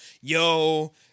yo